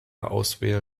auswählen